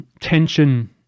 tension